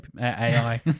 AI